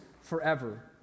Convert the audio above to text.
forever